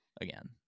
again